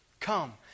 Come